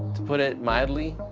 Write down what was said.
to put it mildly,